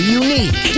unique